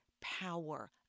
power